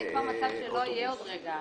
זה מצב שלא יהיה בעוד רגע.